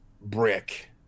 brick